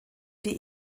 die